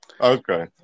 Okay